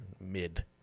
mid